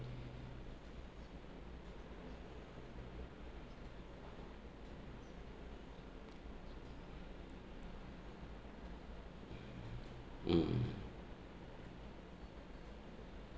mm